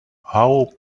how